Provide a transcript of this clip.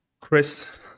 Chris